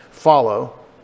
follow